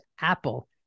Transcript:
Apple